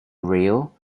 real